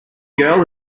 girl